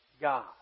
God